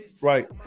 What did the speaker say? right